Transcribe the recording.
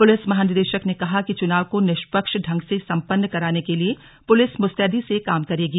police महानिदेशक ने कहा कि चुनाव को निष्पक्ष ढंग से सम्पन्न कराने के लिए पुलिस मुस्तैदी से काम करेगी